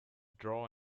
draw